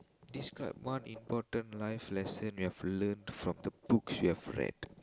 describe one important life lesson you have learnt from the books you have read